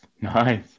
Nice